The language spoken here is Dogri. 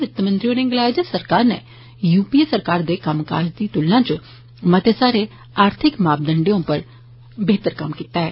वित मंत्री होरें गलाया जे सरकार नै यूपीए सरकार दे कम्मकाज दी तुलना इच मते सारे आर्थिक मापदंडे उप्पर बेहतर कम्म कीता ऐ